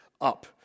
up